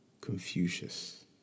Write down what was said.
Confucius